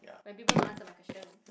when people don't answer my question